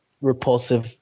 repulsive